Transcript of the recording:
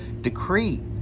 decree